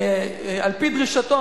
על-פי דרישתו,